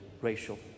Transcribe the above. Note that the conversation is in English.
racial